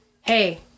hey